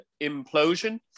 Implosion